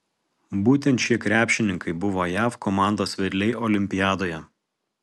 būtent šie krepšininkai buvo jav komandos vedliai olimpiadoje